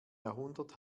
jahrhundert